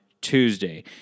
Tuesday